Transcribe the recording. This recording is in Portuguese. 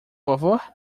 favor